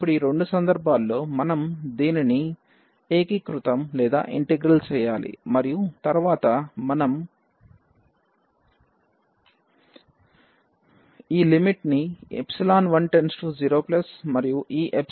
ఇప్పుడు రెండు సందర్భాల్లో మనం దీన్ని ఇంటిగ్రల్చేయాలి మరియు తరువాత మనము ఈ లిమిట్ ని 10 మరియు ఈ 20 గా చేస్తాము